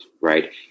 right